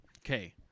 Okay